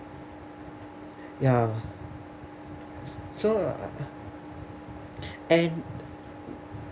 ya so and they were toxic